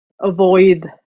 avoid